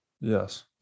Yes